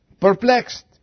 perplexed